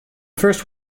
first